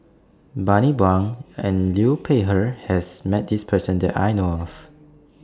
Bani Buang and Liu Peihe has Met This Person that I know of